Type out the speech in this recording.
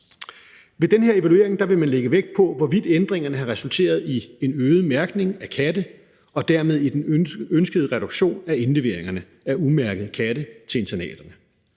Ved den her evaluering vil man lægge vægt på, hvorvidt ændringerne har resulteret i en øget mærkning af katte og dermed den ønskede reduktion af indleveringerne af umærkede katte til internaterne.